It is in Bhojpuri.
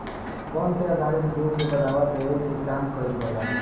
वन पे आधारित उद्योग के बढ़ावा देवे के काम कईल जाला